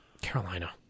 Carolina